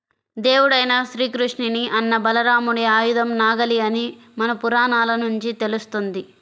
దేవుడైన శ్రీకృష్ణుని అన్న బలరాముడి ఆయుధం నాగలి అని మన పురాణాల నుంచి తెలుస్తంది